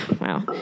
Wow